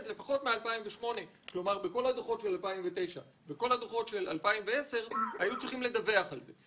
לכן בכל הדוחות של 2009 ובכל הדוחות של 2010 היו צריכים לדווח על זה.